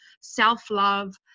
self-love